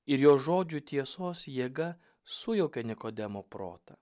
ir jo žodžių tiesos jėga sujaukia nikodemo protą